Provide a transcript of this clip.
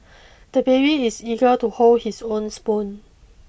the baby is eager to hold his own spoon